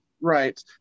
Right